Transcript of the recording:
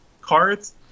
cards